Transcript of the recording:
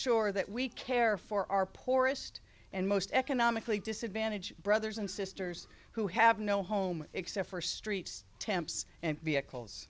sure that we care for our poorest and most economically disadvantaged brothers and sisters who have no home except for streets temps and vehicles